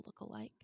lookalike